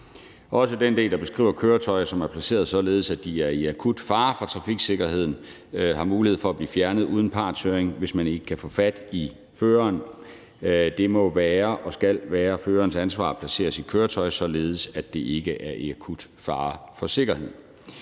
Til den del, der beskriver, at køretøjer, der er placeret således, at de er til akut fare for trafiksikkerheden, og derfor har mulighed for at blive fjernet uden partshøring, hvis man ikke kan få fat i føreren, vil jeg sige: Her må og skal det være førerens ansvar at placere sit køretøj, så det ikke er til akut fare for sikkerheden.